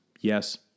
Yes